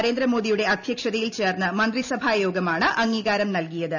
നരേന്ദ്ര മോദിയുടെ അധ്യക്ഷതയിൽ ചേർന്ന മന്ത്രിസഭാ യോഗമാണ് അംഗീകാരം നൽകിയത്